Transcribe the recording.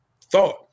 thought